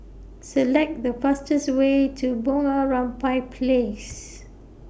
Select The fastest Way to Bunga Rampai Place